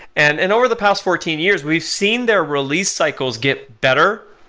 and in over the past fourteen years, we've seen their release cycles get better,